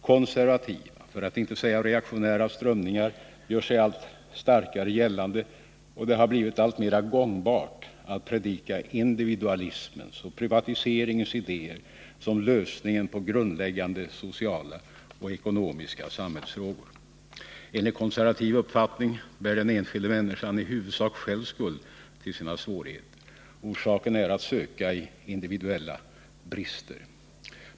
Konservativa — för att inte säga reaktionära — strömningar gör sig gällande allt starkare, och det har blivit alltmera gångbart att predika individualismens och privatiseringens idéer som lösningen på grundläggande sociala och ekonomiska samhällsproblem. Enligt konservativ uppfattning bär den enskilda människan i huvudsak själv skuld till sina svårigheter — orsakerna är att söka i individuella brister.